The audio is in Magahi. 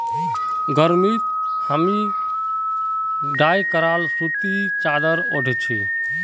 गर्मीत हामी डाई कराल सूती चादर ओढ़ छि